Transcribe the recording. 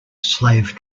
slave